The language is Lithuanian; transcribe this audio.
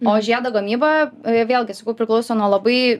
o žiedo gamyba vėlgi sakau priklauso nuo labai